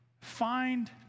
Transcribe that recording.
find